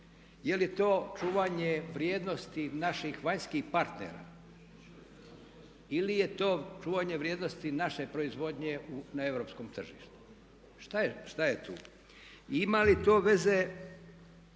Je li to čuvanje vrijednosti naših vanjskih partnera ili je to čuvanje vrijednosti naše proizvodnje na europskom tržištu? Šta je tu? I ima li to veze